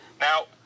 Now